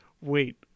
wait